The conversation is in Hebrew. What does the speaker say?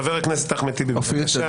חבר הכנסת אחמד טיבי, בבקשה.